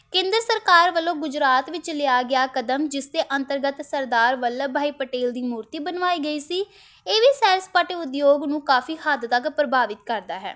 ਕੇਂਦਰ ਸਰਕਾਰ ਵੱਲੋਂ ਗੁਜਰਾਤ ਵਿੱਚ ਲਿਆ ਗਿਆ ਕਦਮ ਜਿਸ ਦੇ ਅੰਤਰਗਤ ਸਰਦਾਰ ਵੱਲਭ ਭਾਈ ਪਟੇਲ ਦੀ ਮੂਰਤੀ ਬਣਵਾਈ ਗਈ ਸੀ ਇਹ ਵੀ ਸੈਰ ਸਪਾਟੇ ਉਦਯੋਗ ਨੂੰ ਕਾਫ਼ੀ ਹੱਦ ਤੱਕ ਪ੍ਰਭਾਵਿਤ ਕਰਦਾ ਹੈ